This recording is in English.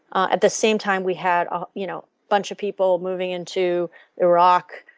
at the same time we had a you know bunch of people moving into iraq,